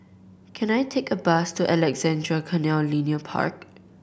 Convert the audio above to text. can I take a bus to Alexandra Canal Linear Park